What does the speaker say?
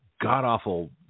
god-awful